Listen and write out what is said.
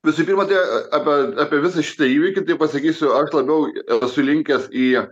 visų pirma tai apie apie visą šitą įvykį taip pasakysiu aš labiau esu linkęs į